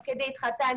תוך כדי התחתנתי,